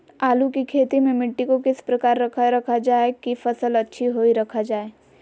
आलू की खेती में मिट्टी को किस प्रकार रखा रखा जाए की फसल अच्छी होई रखा जाए?